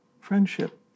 Friendship